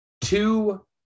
two